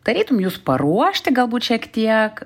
tarytum jus paruošti galbūt šiek tiek